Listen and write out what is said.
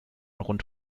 rund